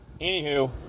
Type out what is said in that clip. anywho